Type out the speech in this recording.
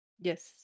Yes